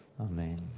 Amen